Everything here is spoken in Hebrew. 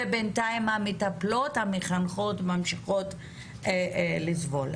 ובינתיים המטפלות-המחנכות ממשיכות לסבול.